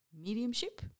mediumship